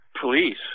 police